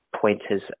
pointers